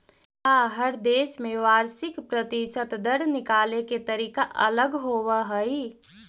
का हर देश में वार्षिक प्रतिशत दर निकाले के तरीका अलग होवऽ हइ?